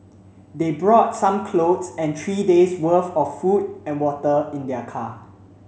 they brought some clothes and three days' worth of food and water in their car